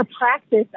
practice